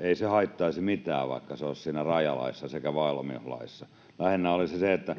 ei haittaisi mitään, vaikka olisivat sekä rajalaissa että valmiuslaissa. Lähinnä olisi se, että